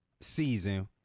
season